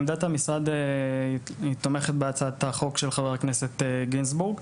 עמדת המשרד תומכת בהצעת החוק של חבר הכנסת גינזבורג,